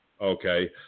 Okay